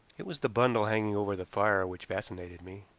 it was the bundle hanging over the fire which fascinated me.